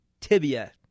tibia